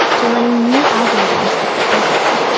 to running new algorithms for cryptography.